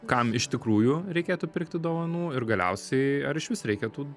kam iš tikrųjų reikėtų pirkti dovanų ir galiausiai ar išvis reikia tų